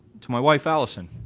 to my wife alison,